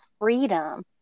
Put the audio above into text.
freedom